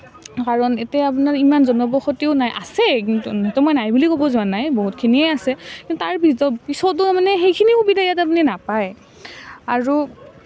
কাৰণ ইয়াতে আপোনাৰ এতিয়া ইমান জনবসতিও নাই আছে কিন্তু সেইটো মই নাই বুলি ক'ব যোৱা নাই বহুতখিনিয়েই আছে কিন্তু তাৰ পিত পিছতো সেইখিনি সুবিধা ইয়াত আপুনি নাপায় আৰু